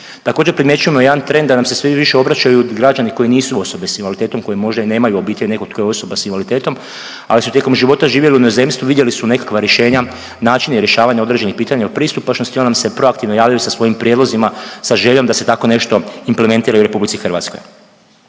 Također, primjećujemo jedan trend da nam se sve više obraćaju građani koji nisu osobe s invaliditetom koje možda i nemaju u obitelji nekog tko je osoba s invaliditetom, ali su tijekom života živjeli u inozemstvu i vidjeli su nekakva rješenja, načine rješavanja određenih pitanja pristupačnosti ili nam se proaktivno javljaju sa svojim prijedlozima, sa željom da se tako nešto implementira i u RH. U više od